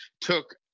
took